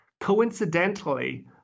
Coincidentally